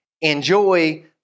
enjoy